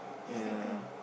ya